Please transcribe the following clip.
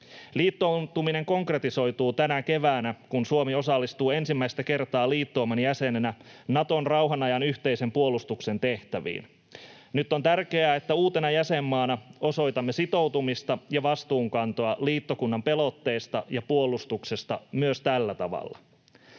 Liittoutuminen konkretisoituu tänä keväänä, kun Suomi osallistuu ensimmäistä kertaa liittouman jäsenenä Naton rauhanajan yhteisen puolustuksen tehtäviin. Nyt on tärkeää, että uutena jäsenmaana osoitamme sitoutumista ja vastuunkantoa liittokunnan pelotteesta ja puolustuksesta myös tällä tavalla.